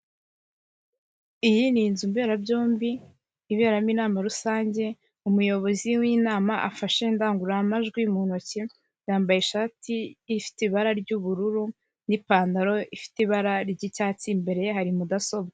Iyi ni inzu mberabyombi iberamo inama rusange umuyobozi w'inama afashe indangururamajwi mu ntoki yambaye ishati ifite ibara ry'ubururu n'ipantaro ifite ibara ry'icyatsi, imbere ye hari mudasobwa.